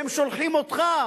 הם שולחים אותך